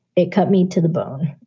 it cut me to the bone.